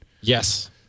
Yes